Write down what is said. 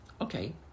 Okay